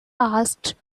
asked